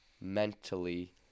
mentally